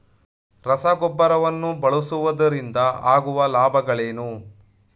ರಸಗೊಬ್ಬರವನ್ನು ಬಳಸುವುದರಿಂದ ಆಗುವ ಲಾಭಗಳೇನು?